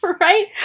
right